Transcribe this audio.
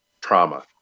trauma